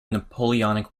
napoleonic